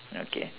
okay